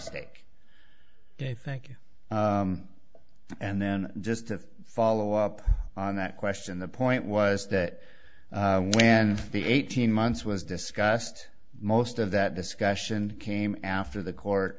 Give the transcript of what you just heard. stake thank you and then just to follow up on that question the point was that when the eighteen months was discussed most of that discussion came after the court